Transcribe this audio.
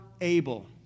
able